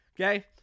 Okay